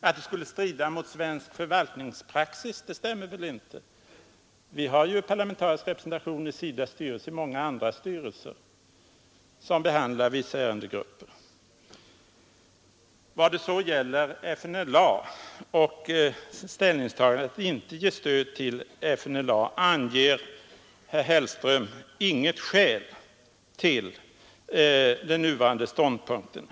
Att det skulle strida mot svensk förvaltningspraxis stämmer inte. Vi har parlamentarisk representation i SIDA:s styrelse och i många andra styrelser som behandlar vissa ärendegrupper. Vad sedan gäller ställningstagandet att inte ge stöd till FNLA anger herr Hellström inget skäl till den nuvarande ståndpunkten.